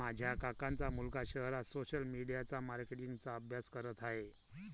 माझ्या काकांचा मुलगा शहरात सोशल मीडिया मार्केटिंग चा अभ्यास करत आहे